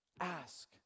Ask